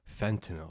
Fentanyl